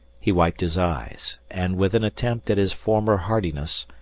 he wiped his eyes, and, with an attempt at his former hardiness,